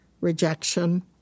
rejection